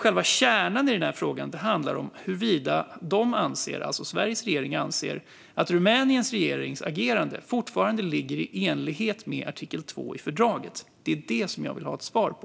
Själva kärnan i frågan handlar om huruvida Sveriges regering anser att Rumäniens regerings agerande fortfarande är i enlighet med artikel 2 i fördraget. Det är vad jag vill ha ett svar på.